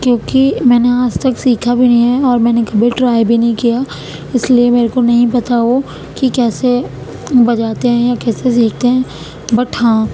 کیونکہ میں نے آج تک سیکھا بھی نہیں ہے اور میں نے کبھی ٹرائی بھی نہیں کیا اس لیے میرے کو نہیں پتا وہ کہ کیسے بجاتے ہیں یا کیسے سیکھتے ہیں بٹ ہاں